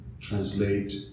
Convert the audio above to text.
translate